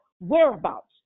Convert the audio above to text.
whereabouts